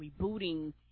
rebooting